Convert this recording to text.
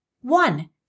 One